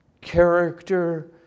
character